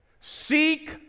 seek